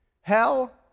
Hell